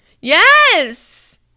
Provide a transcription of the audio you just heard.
Yes